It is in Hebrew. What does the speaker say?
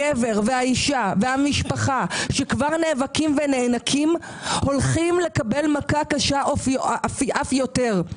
הגבר והאשה והמשפחה שכבר נאבקים ונאנקים הולכים לקבל מכה קשה אף יותר.